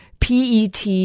PET